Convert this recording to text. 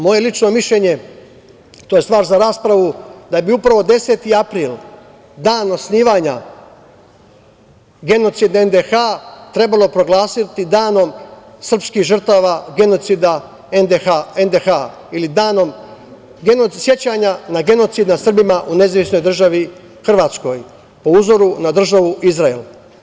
Moje lično mišljenje, tj. vaš za raspravu da bi upravo 10. april dan osnivanja genocida NDH trebalo proglasiti danom srpskih žrtava NDH ili danom sećanja na genocid nad Srbima u NDH po uzoru na državu Izrael.